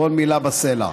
כל מילה בסלע.